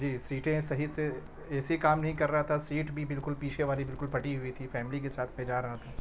جی سیٹیں صحیح سے اے سی کام نہیں کر رہا تھا سیٹ بھی بالکل پیچھے والی بالکل پھٹی ہوئی تھی فیملی کے ساتھ میں جا رہا تھا